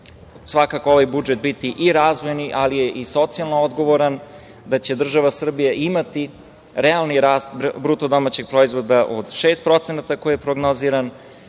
svakako ovaj budžet biti razvojni, ali je i socijalno odgovoran, da će država Srbija imati realni rast BDP od 6% koji je prognoziran,